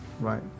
right